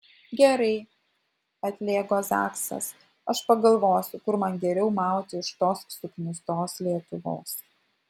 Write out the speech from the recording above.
gerai atlėgo zaksas aš pagalvosiu kur man geriau mauti iš tos suknistos lietuvos